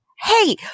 hey